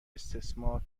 استثمار